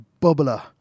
bubbler